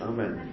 Amen